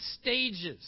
stages